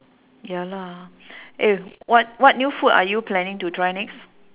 ya lah eh what what new food are you planning to try next